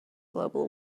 global